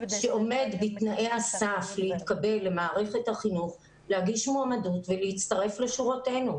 שעומד תנאי הסף להתקבל למערכת החינוך להגיש מועמדות ולהצטרף לשורותינו.